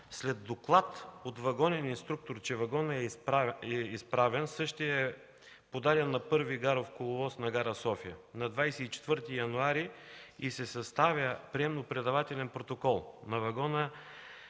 След доклад от вагонен инструктор, че вагонът е изпразнен, същият е подаден на Първи гаров коловоз на гара София на 24 януари 2014 г. и се съставя приемо-предавателен протокол. На вагона